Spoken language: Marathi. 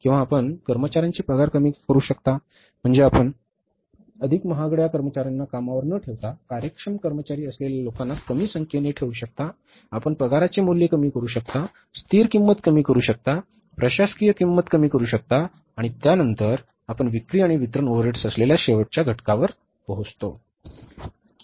किंवा आपण कर्मचार्यांचे पगार कमी करू शकता म्हणजे आपण अधिक महागड्या कर्मचार्यांना कामावर न ठेवता कार्यक्षम कर्मचारी असलेल्या लोकांना कमी संख्येने ठेवू शकता आपण पगारचे मूल्य कमी करू शकता स्थिर किंमत कमी करू शकता प्रशासकीय किंमत कमी करू शकता आणि त्यानंतर आपण विक्री आणि वितरण ओव्हरहेड्स असलेल्या शेवटच्या घटकावर पोहोचता